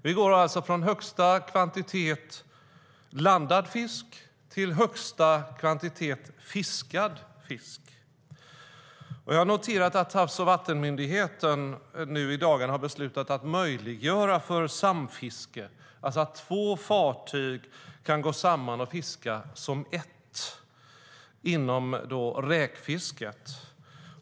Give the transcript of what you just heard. Vi går alltså från högsta kvantitet landad fisk till högsta kvantitet fiskad fisk. Jag har noterat att Havs och vattenmyndigheten nu i dagarna har beslutat möjliggöra samfiske, det vill säga att två fartyg kan gå samman och fiska som ett inom räkfisket.